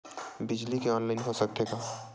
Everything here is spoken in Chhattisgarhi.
बिजली के ऑनलाइन हो सकथे का?